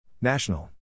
National